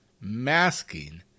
masking